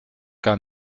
gar